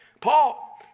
Paul